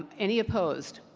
any opposed?